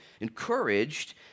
encouraged